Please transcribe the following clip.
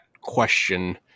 question